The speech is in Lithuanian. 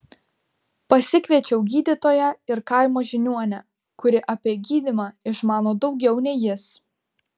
pasikviečiau gydytoją ir kaimo žiniuonę kuri apie gydymą išmano daugiau nei jis